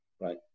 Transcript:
right